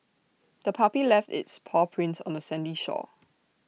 the puppy left its paw prints on the sandy shore